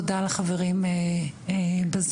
תודה לחברים בזום,